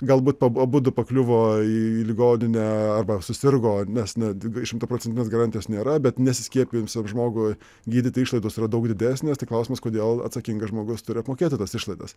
galbūt pabu abudu pakliuvo į ligoninę arba susirgo nes net šimtaprocentinės garantijos nėra bet nesiskiepijusiam žmogui gydyti išlaidos yra daug didesnės tai klausimas kodėl atsakingas žmogus turi apmokėti tas išlaidas